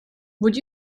would